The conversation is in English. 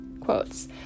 quotes